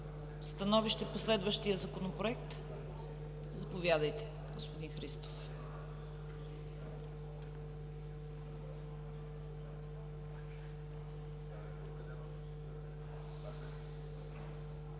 Становище по следващия Законопроект? Заповядайте господин Христов.